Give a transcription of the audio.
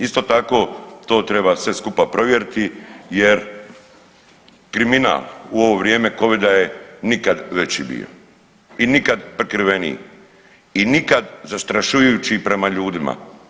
Isto tako to treba sve skupa provjeriti jer kriminal u ovo vrijeme covida je nikad veći bio i nikad prikriveniji i nikad zastrašujući i prema ljudima.